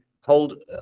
hold